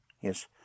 Yes